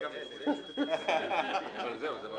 שהוא רוצה להבין את כל התמונה זאת זכותו.